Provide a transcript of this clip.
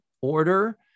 order